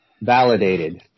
validated